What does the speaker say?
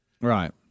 Right